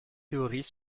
théories